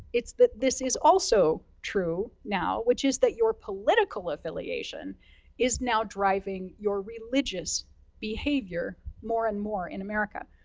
it's that this is also true now, which is that your political affiliation is now driving your religious behavior more and more in america.